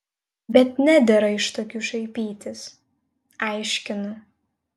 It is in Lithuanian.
bet nedera iš tokių šaipytis aiškinu